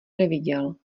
neviděl